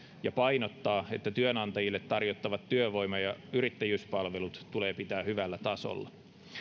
ja painottaa että työnantajille tarjottavat työvoima ja yrittäjyyspalvelut tulee pitää hyvällä tasolla